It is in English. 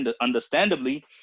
understandably